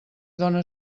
done